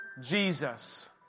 Jesus